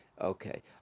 Okay